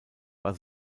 war